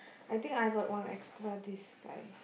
I think I got one extra this guy